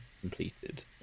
completed